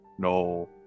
No